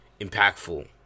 impactful